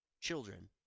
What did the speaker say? children